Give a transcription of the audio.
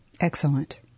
Excellent